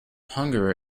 hunger